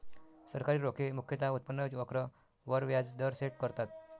सरकारी रोखे मुख्यतः उत्पन्न वक्र वर व्याज दर सेट करतात